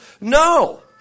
No